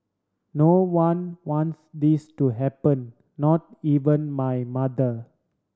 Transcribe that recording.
no one wants this to happen not even my mother